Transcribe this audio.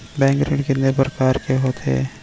Bank ऋण कितने परकार के होथे ए?